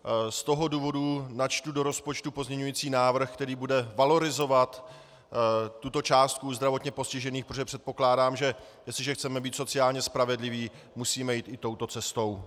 Z toho důvodu načtu do rozpočtu pozměňovací návrh, který bude valorizovat tuto částku zdravotně postižených, protože předpokládám, že jestliže chceme být sociálně spravedliví, musíme jít i touto cestou.